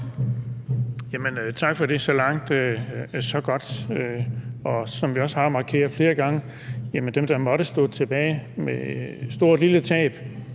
tak for det – så langt, så godt. Og som vi også har markeret flere gange, vil der være nogle, der står tilbage med et stort eller